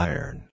Iron